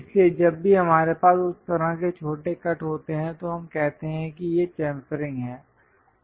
इसलिए जब भी हमारे पास उस तरह के छोटे कट होते हैं तो हम कहते हैं कि ये चम्फरिंग हैं